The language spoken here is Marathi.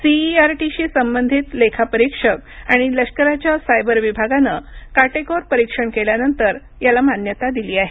सीईआरटीशी संबंधित लेखा परीक्षक आणि लष्कराच्या साइबर विभागानं काटेकोर परीक्षण केल्यानंतर याला मान्यता दिली आहे